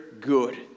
good